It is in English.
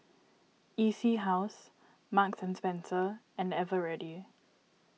E C House Marks and Spencer and Eveready